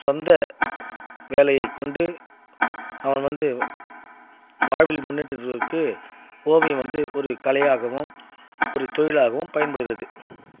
சொந்த வேலையைக்கொண்டு அவன் வந்து வாழ்வில் முன்னேற்றுவதற்கு ஓவியம் வந்து ஒரு கலையாகவும் ஒரு தொழிலாகவும் பயன்படுகிறது